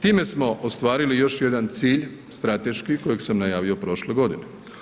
Time smo ostvarili još jedan cilj strateški kojeg sam najavio prošle godine.